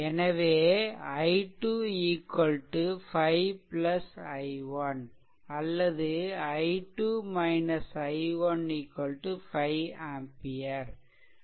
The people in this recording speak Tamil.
எனவே i2 5 i1 அல்லது i2 i1 5 ampere